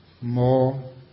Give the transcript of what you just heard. more